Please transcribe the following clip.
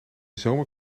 zomer